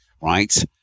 right